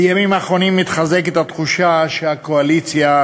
בימים האחרונים מתחזקת התחושה שהקואליציה,